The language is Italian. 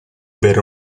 bere